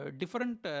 different